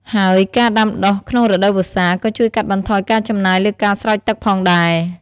ហើយការដាំដុះក្នុងរដូវវស្សា ក៏ជួយកាត់បន្ថយការចំណាយលើការស្រោចទឹកផងដែរ។